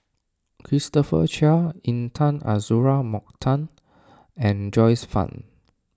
Christopher Chia Intan Azura Mokhtar and Joyce Fan